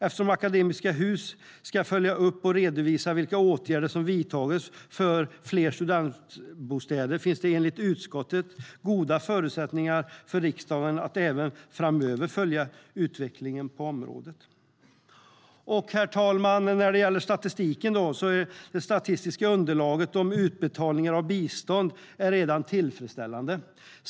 Eftersom Akademiska Hus ska följa upp och redovisa vilka åtgärder som vidtas för fler studentbostäder finns det enligt utskottet goda förutsättningar för riksdagen att även framöver följa utvecklingen på området. Herr talman! När det gäller statistiken: Det statistiska underlaget om utbetalningar av bistånd är redan tillfredsställande.